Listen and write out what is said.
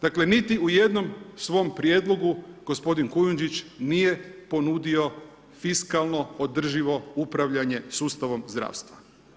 Dakle niti u jednom svom prijedlogu gospodin Kujundžić nije ponudio fiskalno održivo upravljanje sustavom zdravstva.